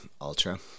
ultra